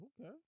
okay